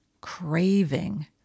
craving